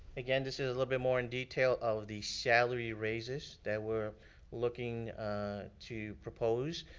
again, this is a little bit more in detail of the salary raises that we're looking to propose.